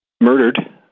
murdered